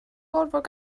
gorfod